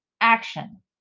action